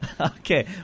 Okay